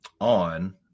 on